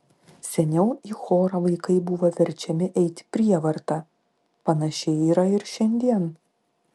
seniau į chorą vaikai buvo verčiami eiti prievarta panašiai yra ir šiandien